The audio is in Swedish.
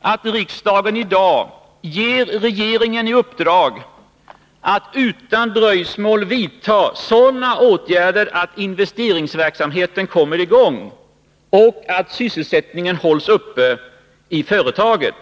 att riksdagen i dag ger regeringen i uppdrag att utan dröjsmål vidta sådana åtgärder att investeringsverksamheten kommer i gång och att sysselsättningen hålls uppe i företaget.